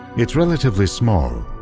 it's relatively small,